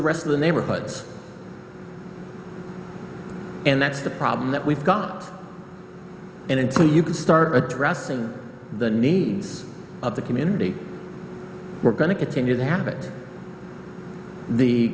the rest of the neighborhoods and that's the problem that we've got and until you can start addressing the needs of the community we're going to continue to have it the